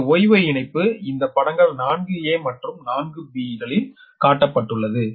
இந்த Y Y இணைப்பு இந்த படங்கள் 4 மற்றும் 4 ளில் காட்டப்பட்டுள்ளது